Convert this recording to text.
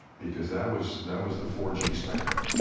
because that was that was the four g spectrum,